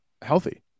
healthy